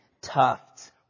Tufts